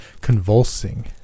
convulsing